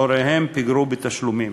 שהוריהם פיגרו בתשלומים.